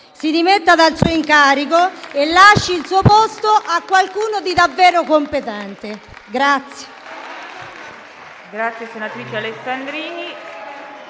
si dimetta dal suo incarico e lasci il suo posto a qualcuno di davvero competente.